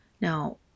Now